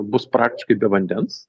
bus praktiškai be vandens